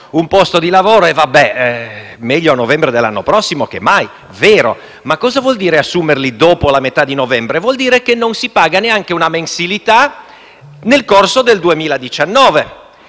un posto di lavoro diranno che è meglio novembre dell'anno prossimo piuttosto che mai. Vero. Ma cosa vuol dire assumerli dopo la metà di novembre? Vuol dire che non si paga neanche una mensilità nel corso del 2019